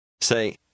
Say